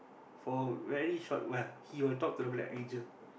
for very short while he will talk to the black angel